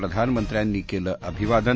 प्रधानमंत्र्यांनी केलं अभिवादन